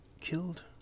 killed